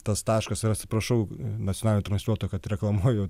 tas taškas ir atsiprašau nacionalinio transliuotojo kad reklamuoju